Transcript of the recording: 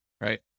right